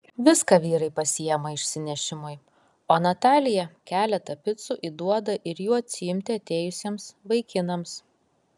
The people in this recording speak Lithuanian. viską vyrai pasiima išsinešimui o natalija keletą picų įduoda ir jų atsiimti atėjusiems vaikinams